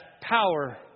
power